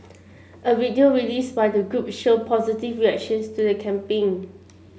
a video released by the group showed positive reactions to the campaign